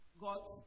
got